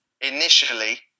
Initially